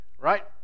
right